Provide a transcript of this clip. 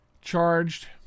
charged